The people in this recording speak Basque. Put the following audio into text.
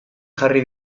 jarri